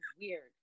weird